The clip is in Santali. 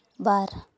ᱵᱟᱨ